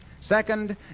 Second